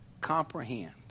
comprehend